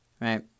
Right